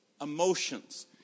emotions